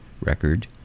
record